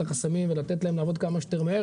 החסמים ולתת להם לעבוד כמה שיותר מהר,